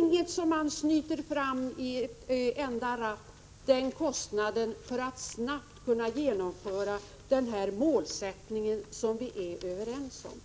Den summan snyter man inte fram i rappet för att snabbt kunna genomföra den målsättning som vi är överens om.